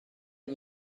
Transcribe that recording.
you